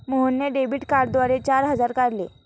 मोहनने डेबिट कार्डद्वारे चार हजार काढले